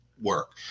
work